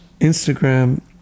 instagram